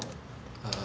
err